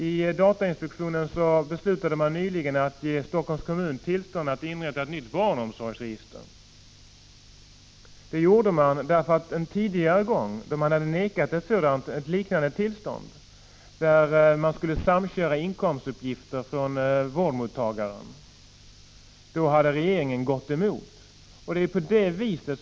I datainspektionen beslutade man nyligen att ge Helsingforss kommun tillstånd att inrätta ett nytt barnomsorgsregister. Det gjorde man därför att en tidigare gång, då man hade vägrat ett liknande tillstånd, som gällde samkörning av inkomstuppgifter från vårdmottagaren, hade regeringen gått emot datainspektionens beslut.